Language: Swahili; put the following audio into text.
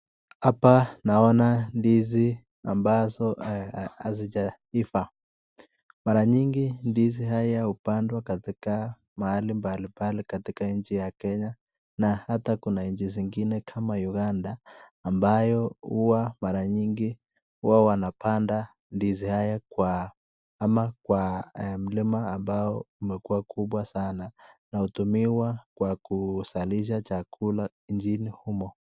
Hapa naona ndizi ambazo hazijaivaa mara nyingi ndizi hizi hupandwa katika mahali mbalimbali katikati nchi ya kenya na ata Kuna nchi zingine kana Uganda ambayo huwa mara nyingi huwa wanapanda ndizi haya ama kwa mlima ambao imekuwa kubwa sana na hutumiwa kuwa kwa kuzalisha chakula nchini humu.